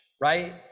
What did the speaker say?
right